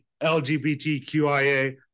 LGBTQIA